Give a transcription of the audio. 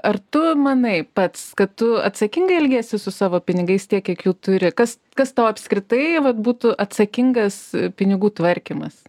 ar tu manai pats kad tu atsakingai elgiasi su savo pinigais tiek kiek jų turi kas kas tau apskritai vat būtų atsakingas pinigų tvarkymas